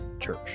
church